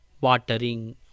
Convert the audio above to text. watering